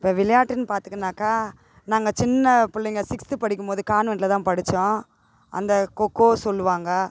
இப்போ விளையாட்டுன்னு பார்த்துக்கின்னாக்கா நாங்கள் சின்ன பிள்ளைங்க சிக்ஸ்த்து படிக்கும் போது கான்வெண்ட்டில் தான் படித்தோம் அந்த கொக்கோ சொல்வாங்க